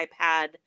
iPad